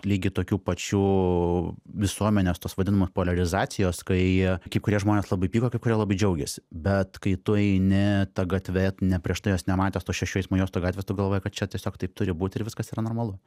lygiai tokių pačių visuomenės tos vadinamos poliarizacijos kai kai kurie žmonės labai pyko kai kurie labai džiaugėsi bet kai tu eini ta gatve ne prieš tai jos nematęs tos šešių eismo juostų gatvės tu galvoji kad čia tiesiog taip turi būti ir viskas yra normalu